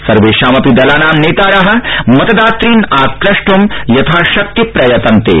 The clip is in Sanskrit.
सर्वेषामपि दलानां नेतार मतदातन् आक्रष्ट् यथाशक्ति प्रयतन्ते